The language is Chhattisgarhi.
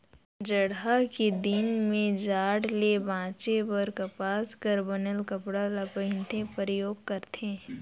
जड़हा के दिन में जाड़ ले बांचे बर कपसा कर बनल कपड़ा ल पहिनथे, परयोग करथे